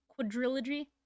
quadrilogy